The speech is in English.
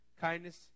kindness